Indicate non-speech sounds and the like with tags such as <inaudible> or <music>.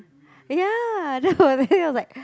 ya <laughs> no then it was like